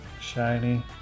shiny